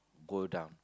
go down